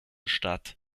statt